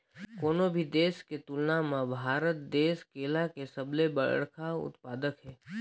कोनो भी देश के तुलना म भारत देश केला के सबले बड़खा उत्पादक हे